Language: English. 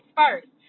first